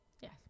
Yes